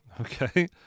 Okay